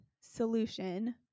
solution